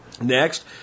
Next